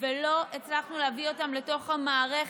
ולא הצלחנו להביא אותם לתוך המערכת,